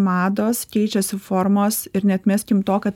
mados keičiasi formos ir neatmeskim to kad